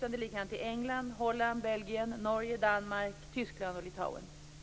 Det är likadant i England, Holland, Belgien, Norge, Danmark, Tyskland och Litauen.